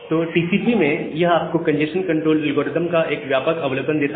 तो टीसीपी में यह आपको कंजेस्शन कंट्रोल एल्गोरिदम का एक व्यापक अवलोकन देता है